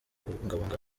kubungabunga